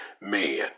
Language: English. man